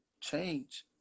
change